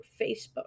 Facebook